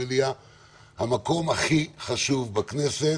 המקום הכי חשוב בכנסת